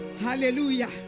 Hallelujah